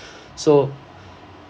so